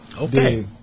okay